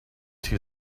two